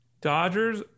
Dodgers